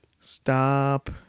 Stop